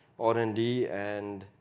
r and d, and